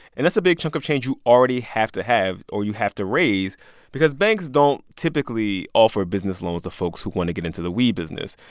and that's a big chunk of change you already have to have or you have to raise because banks don't typically offer business loans to folks who want to get into the weed business.